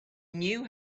knew